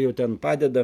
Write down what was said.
jau ten padeda